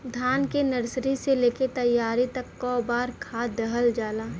धान के नर्सरी से लेके तैयारी तक कौ बार खाद दहल जाला?